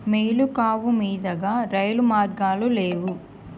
మేలుకావు మీదుగా రైలు మార్గాలు లేవు